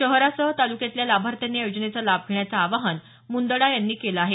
शहरासह तालुक्यातल्या लाभार्थ्यांनी या योजनेचा लाभ घेण्याचं आवाहन मुंदडा यांनी केलं आहे